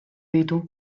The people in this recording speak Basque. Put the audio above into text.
ditu